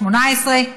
2018,